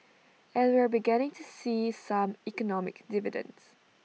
and we are beginning to see some economic dividends